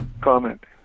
comment